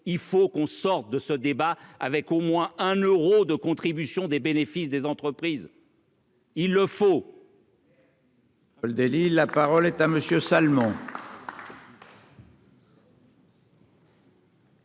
il faut qu'on sorte de ce débat avec au moins un euros de contribution des bénéfices des entreprises. Il le faut.